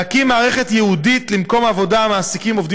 להקים מערכת ייעודית למקומות עבודה המעסיקים עובדים